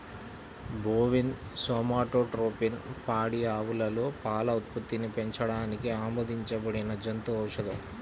bovine somatotropin పాడి ఆవులలో పాల ఉత్పత్తిని పెంచడానికి ఆమోదించబడిన జంతు ఔషధం